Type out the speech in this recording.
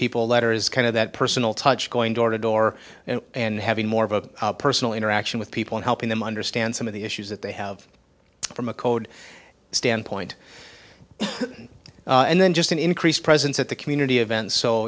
people letters kind of that personal touch going door to door and having more of a personal interaction with people and helping them understand some of the issues that they have from a code standpoint and then just an increased presence at the community events so